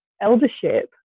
eldership